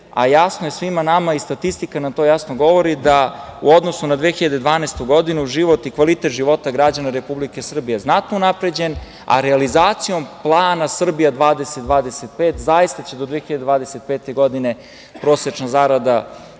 a jasno je svima nama, i statistika nam to jasno govori, da u odnosu na 2012. godinu, život i kvalitet života građana Republike Srbije je znatno unapređen, a realizacijom plana „Srbija 2025“ zaista će do 2025. godine prosečna zarada